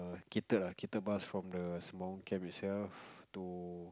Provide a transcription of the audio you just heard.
catered ah catered bus from the Sembawang camp itself to